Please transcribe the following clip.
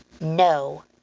No